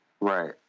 Right